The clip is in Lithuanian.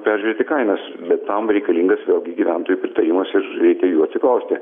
peržiūrėti kainas bet tam reikalingas vėlgi gyventojų pritarimas ir reikia jų atsiklausti